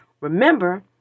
Remember